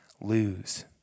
lose